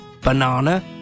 banana